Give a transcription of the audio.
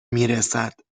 میرسد